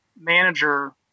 manager